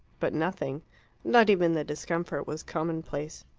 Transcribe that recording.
but nothing not even the discomfort was commonplace.